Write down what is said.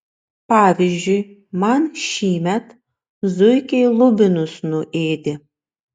pavyzdžiui man šįmet zuikiai lubinus nuėdė